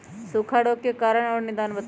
सूखा रोग के कारण और निदान बताऊ?